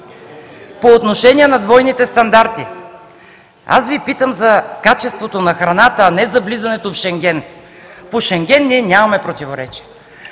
По отношение на двойните стандарти – аз Ви питам за качеството на храната, а не за влизането в Шенген. По Шенген ние нямаме противоречия.